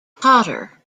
potter